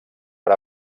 per